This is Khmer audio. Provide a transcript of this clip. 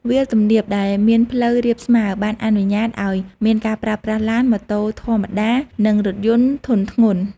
វាលទំនាបដែលមានផ្លូវរាបស្មើបានអនុញ្ញាតឱ្យមានការប្រើប្រាស់ឡាន ម៉ូតូធម្មតា និងរថយន្តធុនធ្ងន់។